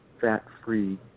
fat-free